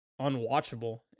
unwatchable